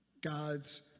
God's